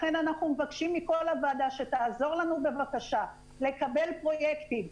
לכן אנחנו מבקשים מכל הוועדה שתעזור לנו בבקשה לקבל פרויקטים,